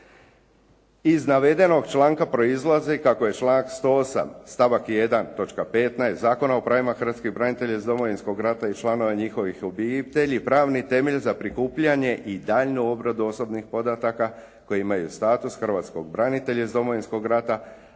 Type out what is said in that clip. Iz navedenog članka proizlazi kako je članak 108. stavak 1. točka 15 Zakona o pravima Hrvatskih branitelja iz Domovinskog rata i članova njihovih obitelji pravni temelj za prikupljanje i daljinu obradu osobnih podataka koji imaju status hrvatskog branitelja iz Domovinskog rata,